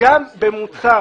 גם במוצר